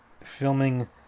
Filming